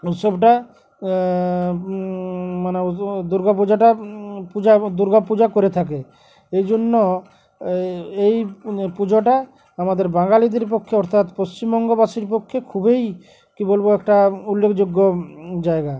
উৎসবটা মানে দুর্গাাপূজাটা পূজা দুর্গা পূজা করে থাকে এই জন্য এই পুজোটা আমাদের বাঙালিদের পক্ষে অর্থাৎ পশ্চিমবঙ্গবাসীর পক্ষে খুবই কী বলবো একটা উল্লেখযোগ্য জায়গা